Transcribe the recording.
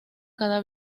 cada